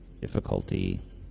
difficulty